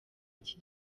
iki